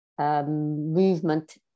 movement